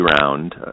round